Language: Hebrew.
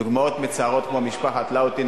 דוגמאות מצערות כמו משפחת לאוטין,